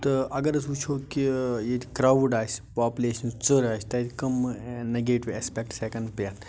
تہٕ اگر أسۍ وُچھو کہِ ییٚتہِ کراوُڈ آسہِ پاپلیشن ژٔر آسہِ تَتہِ کٔمہٕ نَگیٹو اسپٮ۪کٹٕس ہٮ۪کن پٮ۪تھ